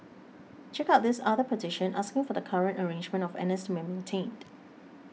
check out this other petition asking for the current arrangement of N S to be maintained